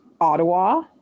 Ottawa